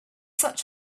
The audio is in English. such